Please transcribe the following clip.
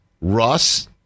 Russ